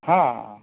હા